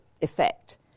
effect